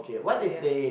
say yeah